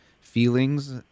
feelings